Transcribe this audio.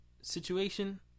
situation